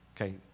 Okay